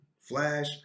Flash